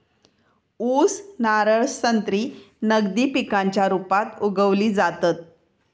ऊस, नारळ, संत्री नगदी पिकांच्या रुपात उगवली जातत